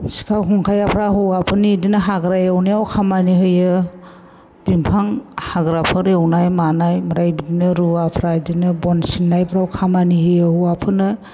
सिखा खंखायाफ्रा हौवाफोरनि बिदिनो हाग्रा एवनायाव खामानि होयो बिफां हाग्राफोर एवनाय मानाय ओमफ्राय बिदिनो रुवाफ्रा बिदिनो बन सिननायफ्राव खामानि होयो हौवाफोरनो